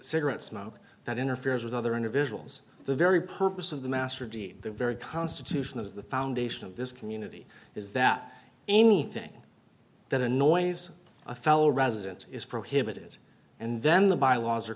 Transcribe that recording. cigarette smoke that interferes with other individuals the very purpose of the master gene the very constitution of the foundation of this community is that anything that annoys a fellow resident is prohibited and then the bylaws are